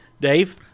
Dave